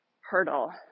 hurdle